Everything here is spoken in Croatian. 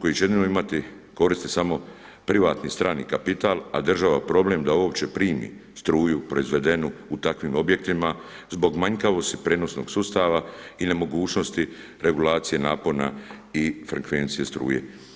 kojih će jedino imati koristi samo privatni stareni kapital, a država problem da uopće primi struju proizvedenu u takvim objektima zbog manjkavosti prenosnog sustava i nemogućnosti regulacije napona i frekvencije struje.